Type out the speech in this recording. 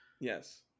Yes